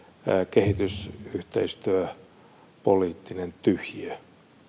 kehitysyhteistyöpoliittinen tyhjiö